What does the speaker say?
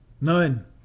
None